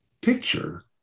picture